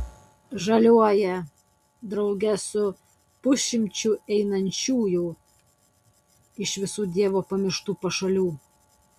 žaliuoja drauge su pusšimčiu einančiųjų iš visų dievo pamirštų pašalių